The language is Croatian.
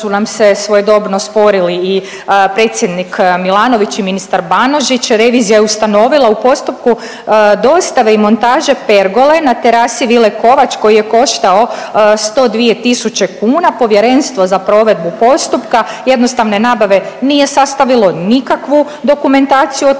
nam se svojedobno sporili i predsjednik Milanović i ministar Banožić, revizija je ustanovila u postupku dostave i montaže pergole na terasi Vile Kovač koji je koštao 102.000 kuna, povjerenstvo za provedbu postupa jednostavne nabave nije sastavilo nikakvu dokumentaciju o